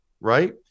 right